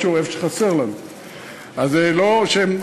לא חשוב,